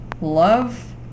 love